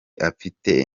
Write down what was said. afite